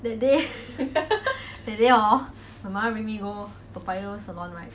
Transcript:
that day that day hor my mother bring me go toa payoh salon right